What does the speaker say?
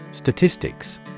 Statistics